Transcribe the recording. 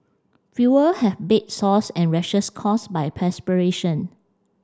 fewer have bed sores and rashes caused by perspiration